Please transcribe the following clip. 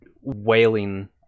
wailing